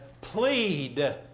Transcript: plead